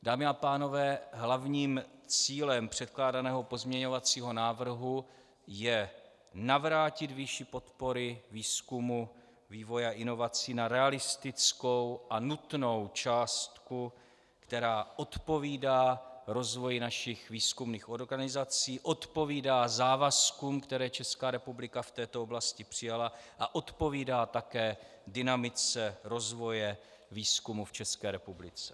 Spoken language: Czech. Dámy a pánové, hlavním cílem předkládaného pozměňovacího návrhu je navrátit výši podpory výzkumu, vývoje a inovací na realistickou a nutnou částku, která odpovídá rozvoji našich výzkumných organizací, odpovídá závazkům, které Česká republika v této oblasti přijala, a odpovídá také dynamice rozvoje výzkumu v České republice.